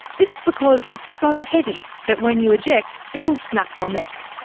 this is because it's so heavy that when you eject it will snap your neck.